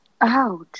Ouch